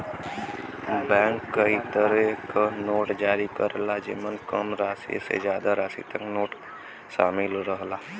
bank कई तरे क नोट जारी करला जेमन कम राशि से जादा राशि तक क नोट शामिल रहला